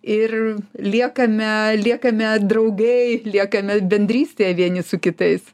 ir liekame liekame draugai liekame bendrystėje vieni su kitais